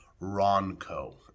Ronco